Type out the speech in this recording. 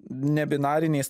ne binarinės